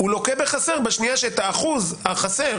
לוקה בחסר בשנייה שאת האחוז החסר